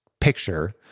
picture